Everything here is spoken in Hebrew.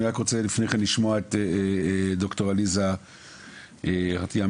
אני רק רוצה לשמוע לפני כן את ד"ר עליזה חריטון שלו,